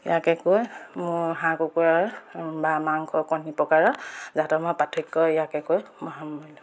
ইয়াকে কৈ মোৰ হাঁহ কুকুৰাৰ বা মাংস কণী প্ৰকাৰৰ জাতসমূহৰ পাৰ্থক্য ইয়াকে কৈ মই সামৰিলোঁ